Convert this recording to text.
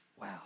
Wow